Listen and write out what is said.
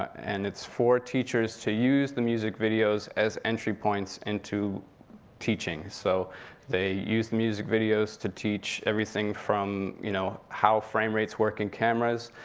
and it's for teachers to use the music videos as entry points into teaching. so they use the music videos to teach everything from you know how frame rates work in cameras,